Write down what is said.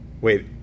Wait